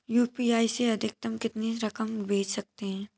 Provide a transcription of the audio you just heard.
UPI से अधिकतम कितनी रकम भेज सकते हैं?